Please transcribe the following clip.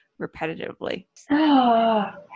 repetitively